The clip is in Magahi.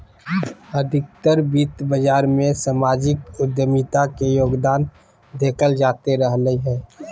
अधिकतर वित्त बाजार मे सामाजिक उद्यमिता के योगदान देखल जाते रहलय हें